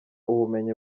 ubumenyi